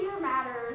matters